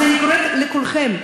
אז אני קוראת לכולכם,